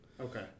Okay